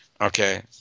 Okay